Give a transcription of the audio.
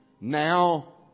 Now